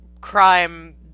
crime